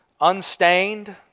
unstained